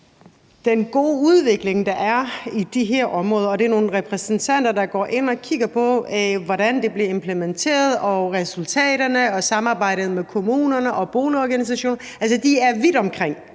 den gode udvikling, der er i de her områder. Det er nogle repræsentanter, som går ind og kigger på, hvordan det bliver implementeret, og resultaterne og samarbejdet med kommunerne og boligorganisationerne. De er altså vidt omkring